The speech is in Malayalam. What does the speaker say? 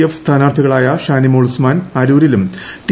എഫ് സ്ഥാനാർത്ഥികളായഷാനിമോൾ ഉസ്മാൻ അരൂരിലും ടി